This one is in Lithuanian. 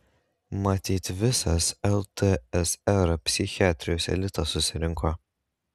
matyt visas ltsr psichiatrijos elitas susirinko